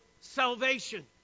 salvation